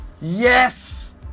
yes